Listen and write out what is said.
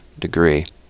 degree